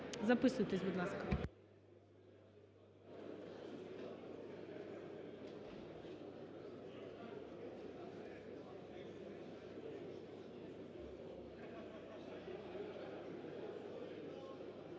Записуйтесь, будь ласка.